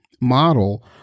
model